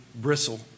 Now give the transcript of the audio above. bristle